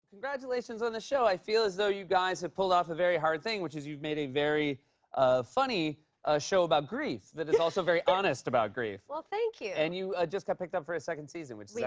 congratulations on the show. i feel as though you guys have pulled off a very hard thing, which is you've made a very um funny ah show about grief that is also very honest about grief. well, thank you. and you just got picked up for a second season, which is excellent.